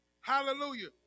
Hallelujah